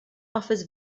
offers